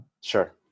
Sure